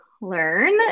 Learn